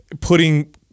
putting